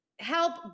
Help